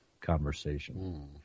conversation